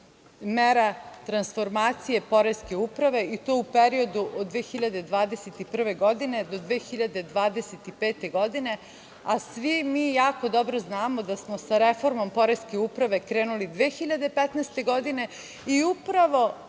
mera transformacije poreske uprave i to u periodu od 2021. do 2025. godine, a svi mi jako dobro znamo da smo sa reformom poreske uprave krenuli 2015. godine i upravo